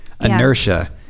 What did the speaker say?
Inertia